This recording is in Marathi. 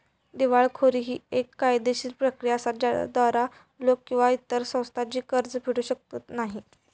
दिवाळखोरी ही येक कायदेशीर प्रक्रिया असा ज्याद्वारा लोक किंवा इतर संस्था जी कर्ज फेडू शकत नाही